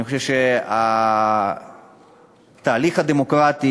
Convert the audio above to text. אני חושב שהתהליך הדמוקרטי